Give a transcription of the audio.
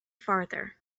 farther